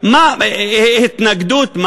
מה ההתנגדות?